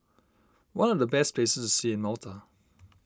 what are the best places to see in Malta